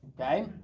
Okay